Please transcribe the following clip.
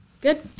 Good